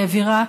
העבירה,